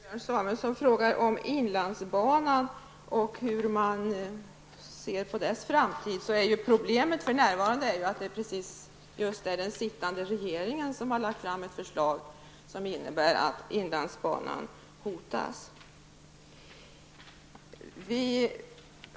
Herr talman! Björn Samuelson frågar om inlandsbanan och hur vi ser på dess framtid. Problemet för närvarande är ju att den sittande regeringen har lagt fram ett förslag som innebär att inlandsbanan hotas.